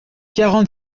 quarante